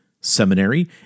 seminary